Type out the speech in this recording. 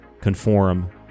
conform